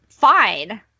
Fine